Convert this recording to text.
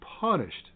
punished